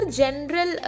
general